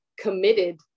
committed